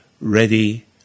ready